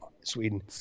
Sweden